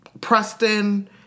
Preston